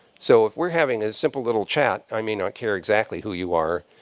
so if we're having a simple little chat, i may not care exactly who you are.